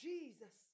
Jesus